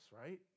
right